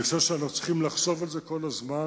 אני חושב שאנחנו צריכים לחשוב על זה כל הזמן,